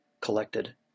collected